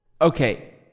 Okay